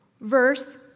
verse